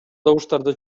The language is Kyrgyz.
добуштарды